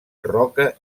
roca